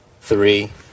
Three